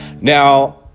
Now